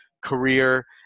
career